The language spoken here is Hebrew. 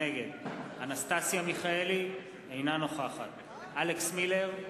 נגד אנסטסיה מיכאלי, אינה נוכחת אלכס מילר,